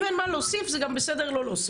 אם אין מה להוסיף, זה גם בסדר לא להוסיף.